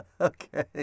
Okay